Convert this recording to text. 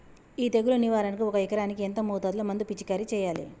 ఈ తెగులు నివారణకు ఒక ఎకరానికి ఎంత మోతాదులో మందు పిచికారీ చెయ్యాలే?